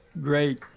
great